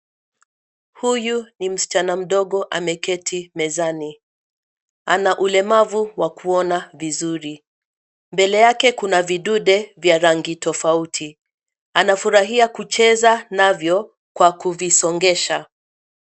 Huyu ni msichana mdogo ameketi mezani. Ana ulemavu wa kuona vizuri. Mbele yake kuna vidunde vya rangi tofauti, anafurahia kucheza navyo kwa kuvisongesha.